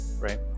right